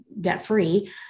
debt-free